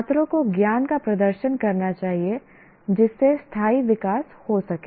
छात्रों को ज्ञान का प्रदर्शन करना चाहिए जिससे स्थायी विकास हो सके